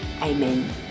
amen